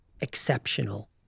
exceptional